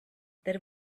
that